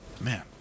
Man